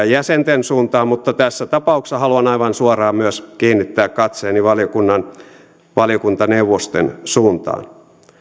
jäsenten suuntaan mutta tässä tapauksessa haluan aivan suoraan myös kiinnittää katseeni valiokuntaneuvosten suuntaan